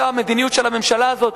זאת המדיניות של הממשלה הזאת,